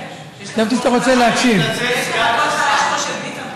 מיקיל'ה, יש לך קול חלש כמו של ביטן.